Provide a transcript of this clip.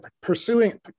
pursuing